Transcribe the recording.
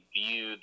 view